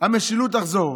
המשילות תחזור.